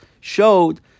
showed